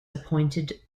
appointed